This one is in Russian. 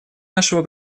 нашего